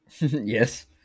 Yes